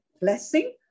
Blessing